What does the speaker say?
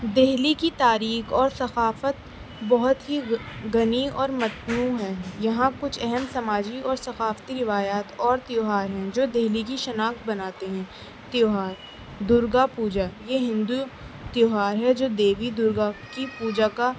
دہلی کی تاریخ اور ثقافت بہت ہی گھنی اور متنوع ہیں یہاں کچھ اہم سماجی اور ثقافتی روایات اور تہوار ہیں جو دہلی کی شناخت بناتے ہیں تہوار درگا پوجا یہ ہندو تہوار ہے جو دیوی درگا کی پوجا کا